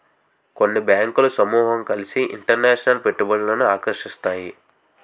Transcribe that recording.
కొన్ని బ్యాంకులు సమూహం కలిసి ఇంటర్నేషనల్ పెట్టుబడులను ఆకర్షిస్తాయి